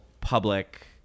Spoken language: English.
public